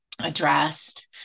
addressed